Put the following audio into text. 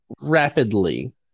rapidly